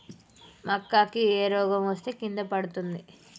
మక్కా కి ఏ రోగం వస్తే కింద పడుతుంది?